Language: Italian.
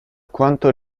quanto